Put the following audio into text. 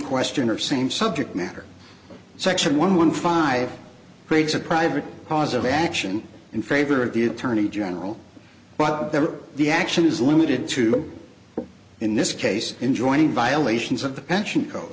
question or same subject matter section one one five crates of private cause of action in favor of the attorney general but there are the action is limited to in this case in joining violations of the pension co